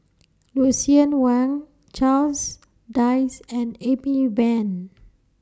Lucien Wang Charles Dyce and Amy Van